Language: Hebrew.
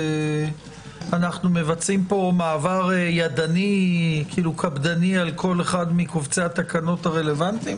אנחנו מבצעים פה מעבר ידני קפדני על כל אחד מקובצי התקנות הרלוונטיים?